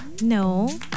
No